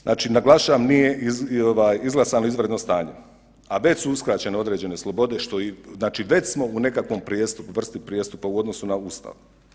Znači naglašavam, nije izglasano izvanredno stanje, a već su uskraćene određene slobode, znači već smo u nekakvoj vrsti prijestupa u odnosu na Ustav.